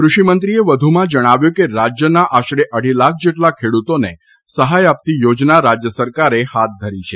કૃષિમંત્રીએ વધુમાં કહ્યું કે રાજયના આશરે અઢી લાખ જેટલા ખેડૂતોને સહાય આપતી યોજના રાજય સરકારે હાથ ધરી છે